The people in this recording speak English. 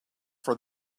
for